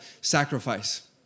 sacrifice